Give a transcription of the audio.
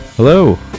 Hello